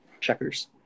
checkers